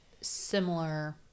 similar